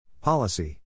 Policy